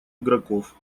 игроков